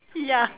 ya